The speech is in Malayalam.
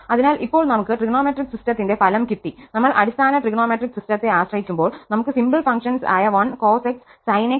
അതിനാൽ ഇപ്പോൾ നമുക് ട്രിഗണോമെട്രിക് സിസ്റ്റത്തിന്റെ ഫലം കിട്ടി നമ്മൾ അടിസ്ഥാന ട്രിഗണോമെട്രിക് സിസ്റ്റത്തെ ആശ്രയിക്കുമ്പോൾ നമുക്ക് സിംപിൾ ഫംങ്ഷൻസ് ആയ 1 cos x sin x cos 2x sin 2x